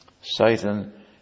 Satan